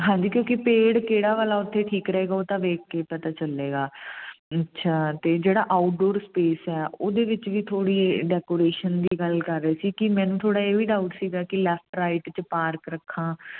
ਹਾਂਜੀ ਕਿਉਂਕਿ ਪੇੜ ਕਿਹੜਾ ਵਾਲਾ ਉੱਥੇ ਠੀਕ ਰਹੇਗਾ ਉਹ ਤਾਂ ਵੇਖ ਕੇ ਪਤਾ ਚੱਲੇਗਾ ਅੱਛਾ ਅਤੇ ਜਿਹੜਾ ਆਊਟਡੋਰ ਸਪੇਸ ਹੈ ਉਹਦੇ ਵਿੱਚ ਵੀ ਥੋੜ੍ਹੀ ਡੈਕੋਰੇਸ਼ਨ ਦੀ ਗੱਲ ਕਰ ਰਹੇ ਸੀ ਕਿ ਮੈਨੂੰ ਥੋੜ੍ਹਾ ਇਹ ਵੀ ਡਾਊਟ ਸੀਗਾ ਕਿ ਲੈਫਟ ਰਾਈਟ 'ਚ ਪਾਰਕ ਰੱਖਾਂ